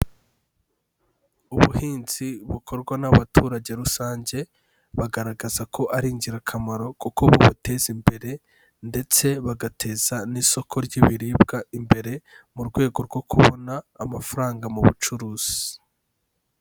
Ubuhinzi bukorwa n'abaturage rusange bagaragaza ko ari ingirakamaro kuko bubuteza imbere ndetse bagateza n'isoko ry'ibiribwa imbere, mu rwego rwo kubona amafaranga mu bucuruzi.